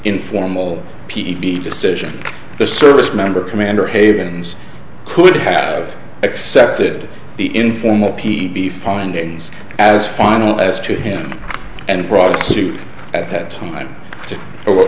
informal p t b decision the service member commander haven's could have accepted the informal p b findings as final as to him and brought the suit at that time to what